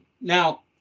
Now